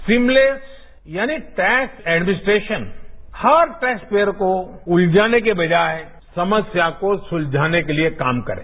seamless यानि tax administration हर टैक्सपेयरको उलझाने के बजाय समस्या को सुलझाने के लिए काम करे